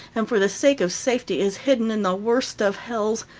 and for the sake of safety is hidden in the worst of hells,